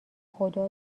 خدا